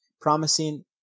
promising